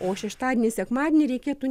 o šeštadienį sekmadienį reikėtų